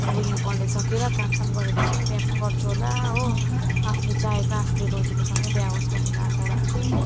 अब यहाँ कलेज सकेर कामसाम गरेपछि बिहा पनि गर्छु होला हो आफूले चाहेको आफूले रोजेको सँगै बिहा होस् भनेर आशा राख्छु